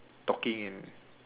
talking and